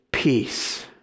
peace